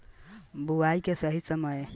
बुआई के सही समय बताई?